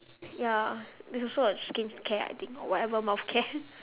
ya it's also a skincare I think or whatever mouth care